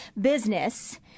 business